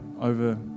over